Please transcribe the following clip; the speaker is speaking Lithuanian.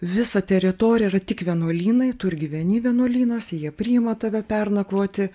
visa teritorija yra tik vienuolynai tu ir gyveni vienuolynuose jie priima tave pernakvoti